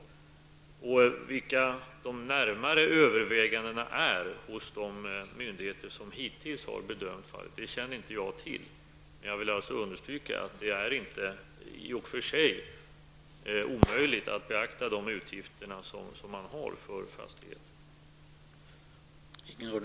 Jag känner inte till de närmare övervägandena hos de myndigheter som hittills har bedömt fallet. Men jag vill alltså understryka att det inte i och för sig är omöjligt att beakta de utgifter stiftelsen har för fastigheten.